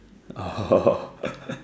oh